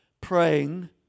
praying